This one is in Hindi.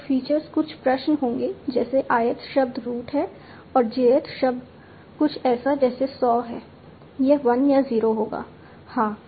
तो फीचर्स कुछ प्रश्न होंगे जैसे ith शब्द रूट है और jth शब्द कुछ ऐसा जैसे सॉ है यह 1 या 0 होगा हाँ